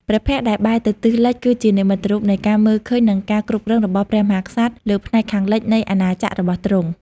ព្រះភ័ក្ត្រដែលបែរទៅទិសលិច គឺជានិមិត្តរូបនៃការមើលឃើញនិងការគ្រប់គ្រងរបស់ព្រះមហាក្សត្រលើផ្នែកខាងលិចនៃអាណាចក្ររបស់ទ្រង់។